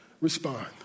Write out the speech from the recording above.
respond